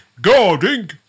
guarding